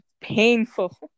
painful